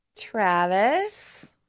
Travis